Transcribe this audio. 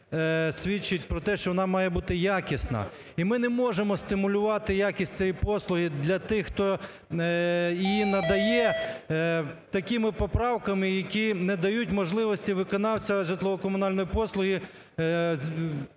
свідчить про те, що вона має бути якісна. І ми не можемо стимулювати якість цієї послуги для тих, хто її надає, такими поправками, які не дають можливості виконавця житлово-комунальної послуги